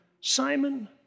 Simon